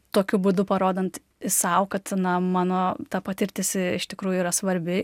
tokiu būdu parodant sau kad na mano ta patirtis iš tikrųjų yra svarbi